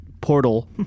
Portal